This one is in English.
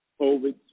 COVID